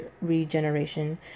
regeneration